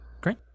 Great